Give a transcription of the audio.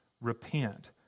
repent